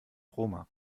roma